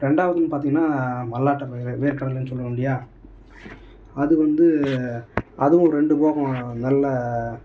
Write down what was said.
ரெண்டாவதுன்னு பார்த்தீங்கனா மல்லாட்ட பயிர் வேர்கடலைனு சொல்லுவோம் இல்லையா அது வந்து அதுவும் ரெண்டு போகம் நல்ல